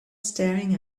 staring